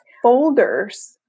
folders